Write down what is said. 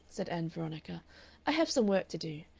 said ann veronica i have some work to do.